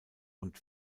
und